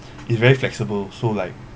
is very flexible so like